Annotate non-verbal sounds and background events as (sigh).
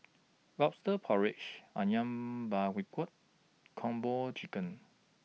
Lobster Porridge Ayam Buah (unintelligible) Kung Po Chicken